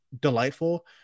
delightful